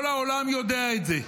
כל העולם יודע את זה,